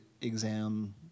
exam